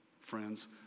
Friends